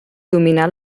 dominà